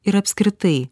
ir apskritai